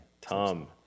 Tom